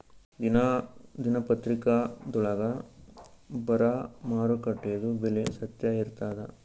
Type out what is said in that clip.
ದಿನಾ ದಿನಪತ್ರಿಕಾದೊಳಾಗ ಬರಾ ಮಾರುಕಟ್ಟೆದು ಬೆಲೆ ಸತ್ಯ ಇರ್ತಾದಾ?